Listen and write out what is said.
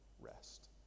rest